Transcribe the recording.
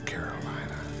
Carolina